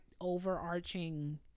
overarching